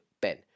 Ben